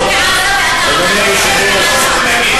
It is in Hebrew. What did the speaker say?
אתה עדיין כובש בעזה.